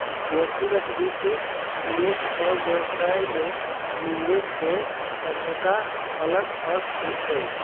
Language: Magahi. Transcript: व्यक्तिगत वित्त, निवेश और व्यवसाय में लिवरेज के तनका अलग अर्थ होइ छइ